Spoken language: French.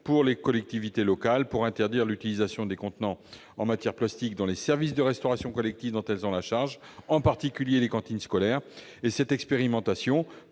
les collectivités locales à interdire l'utilisation des contenants en matière plastique dans les services de restauration collective dont elles ont la charge, en particulier les cantines scolaires. Pour ce faire, il